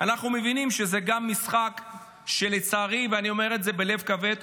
אנחנו מבינים שזה גם משחק שלצערי ואני אומר את זה בלב כבד,